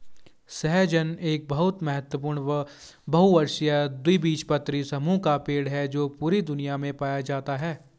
सहजन एक बहुत महत्वपूर्ण बहुवर्षीय द्विबीजपत्री समूह का पेड़ है जो पूरी दुनिया में पाया जाता है